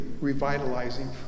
revitalizing